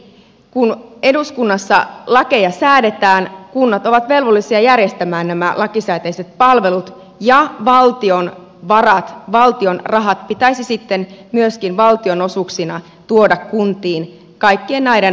kun eduskunnassa lakeja säädetään kunnat ovat velvollisia järjestämään nämä lakisääteiset palvelut ja valtion varat valtion rahat pitäisi sitten myöskin valtionosuuksina tuoda kuntiin kaikkien näiden mahdollistamiseksi